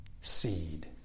seed